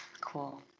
Cool